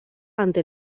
ante